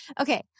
Okay